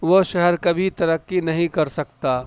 وہ شہر کبھی ترقی نہیں کر سکتا